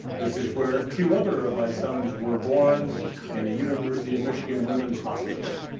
this is where two other of my sons were born in the university of michigan women's hospital,